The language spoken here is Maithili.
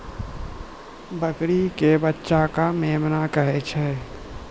बकरी के बच्चा कॅ मेमना कहै छै